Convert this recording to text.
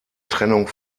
trennung